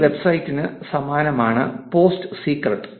ഈ വെബ്സൈറ്റിന് സമാനമാണ് പോസ്റ്റ് സീക്രട്ട്